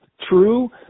true